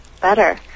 better